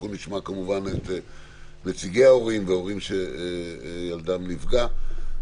נשמע את נציגי ההורים והורים שילדם נפגע.